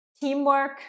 Teamwork